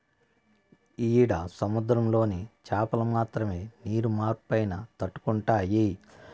ఈడ సముద్రంలోని చాపలు మాత్రమే నీరు మార్పైనా తట్టుకుంటాయి